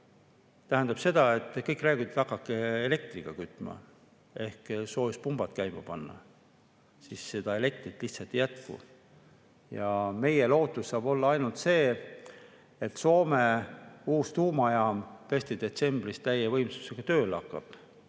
tähendab seda, et kõik räägivad: hakake elektriga kütma ehk soojuspumbad tuleb käima panna. Aga siis elektrit lihtsalt ei jätku. Meie lootus saab olla ainult see, et Soome uus tuumajaam tõesti detsembris täie võimsusega tööle hakkab.